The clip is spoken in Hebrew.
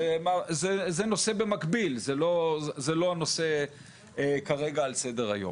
זה נושא במקביל זה לא הנושא כרגע על סדר היום,